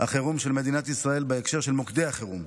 החירום של מדינת ישראל בהקשר של מוקדי החירום.